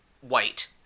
white